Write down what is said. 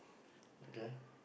okay